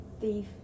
thief